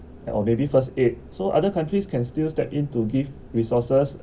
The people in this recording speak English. or maybe first aid so other countries can still step in to give resources